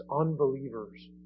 unbelievers